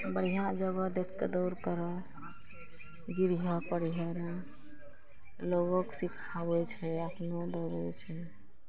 बढ़िआँ जगह देख कऽ दौड़ करऽ गिरहिए परहिए नहि लोगोके सिखाबै छै अपनो दौड़ै छै